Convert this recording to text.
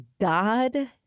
God